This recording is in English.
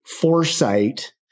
foresight